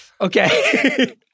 Okay